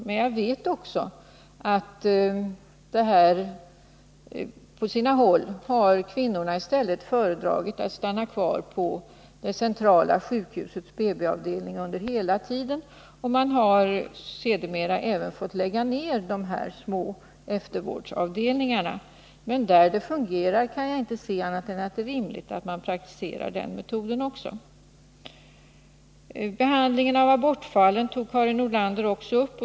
Men jag vet också att kvinnorna på sina håll har föredragit att stanna kvar på det centrala sjukhusets BB-avdelning under hela tiden, och man har sedermera även fått lägga ner de små eftervårdsavdelningarna. Men där det systemet fungerar bra kan jag inte se annat än att det är rimligt att praktisera den metoden också. Behandlingen av abortfallen tog Karin Nordlander också upp.